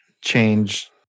change